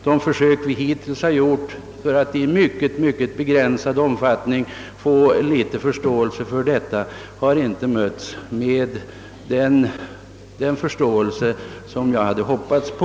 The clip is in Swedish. De försök som vi hittills, i synnerligen begränsad omfattning, har gjort för att få till stånd en ändring i dessa förhållanden har inte mötts med den förståelse som jag hade hoppats på.